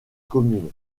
commune